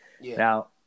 now